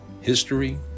history